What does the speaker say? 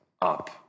up